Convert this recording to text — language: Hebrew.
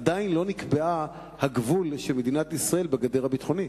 עדיין לא נקבע הגבול של מדינת ישראל בגדר הביטחונית?